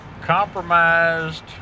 compromised